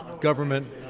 government